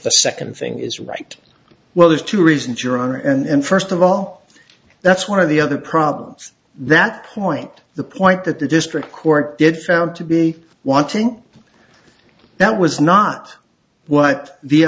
the second thing is right well there's two reasons your honor and first of all that's one of the other problems that point the point that the district court did found to be wanting that was not what the